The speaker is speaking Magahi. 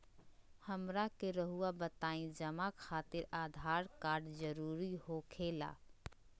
हमरा के रहुआ बताएं जमा खातिर आधार कार्ड जरूरी हो खेला?